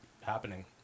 happening